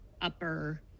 upper